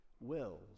wills